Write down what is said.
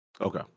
okay